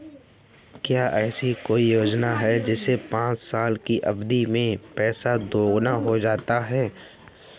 क्या ऐसी कोई योजना है जिसमें पाँच साल की अवधि में पैसा दोगुना हो जाता है?